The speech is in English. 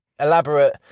Elaborate